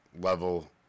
level